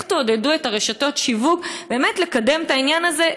איך תעודדו את רשתות השיווק באמת לקדם את העניין הזה?